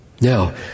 Now